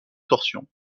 torsion